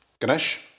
Ganesh